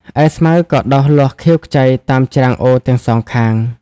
ឯស្មៅក៏ដុះលាស់ខៀវខ្ចីតាមច្រាំងអូរទាំងសងខាង ។